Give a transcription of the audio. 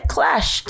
Clash